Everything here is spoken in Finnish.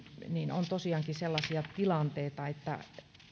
on tosiaankin sellaisia tilanteita että